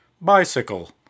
bicycle